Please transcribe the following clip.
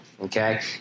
Okay